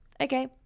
okay